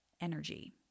energy